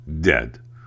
dead